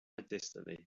destiny